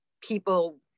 people